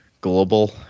global